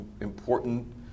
important